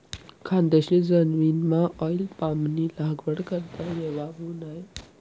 खानदेशनी जमीनमाऑईल पामनी लागवड करता येवावू नै